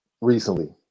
recently